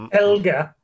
Elga